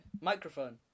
microphone